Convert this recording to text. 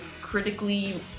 critically